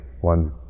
one